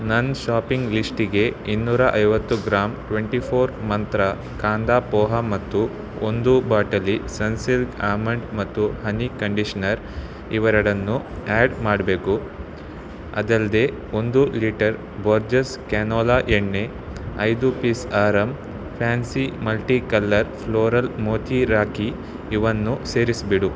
ನನ್ನ ಶಾಪಿಂಗ್ ಲಿಸ್ಟಿಗೆ ಇನ್ನೂರ ಐವತ್ತು gram twenty four Mantra kanda poha ಮತ್ತು ಒಂದು ಬಾಟಲಿ ಸನ್ ಸಿಲ್ಕ್ ಆಮಂಡ್ ಮತ್ತು ಹನಿ ಕಂಡಿಷ್ನರ್ ಇವೆರಡನ್ನು ಆ್ಯಡ್ ಮಾಡಬೇಕು ಅದಲ್ಲದೆ ಒಂದು ಲೀಟರ್ ಬೋರ್ಜಸ್ ಕ್ಯಾನೋಲ ಎಣ್ಣೆ ಐದು ಪೀಸ್ ಆ್ಯರಮ್ fancy multi colour floral moti rakhi ಇವನ್ನು ಸೇರಿಸಿಬಿಡು